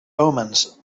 omens